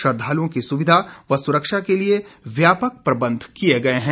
श्रद्दालुओं की सुविधा व सुरक्षा के लिए व्यापक प्रबंध किये गए हैं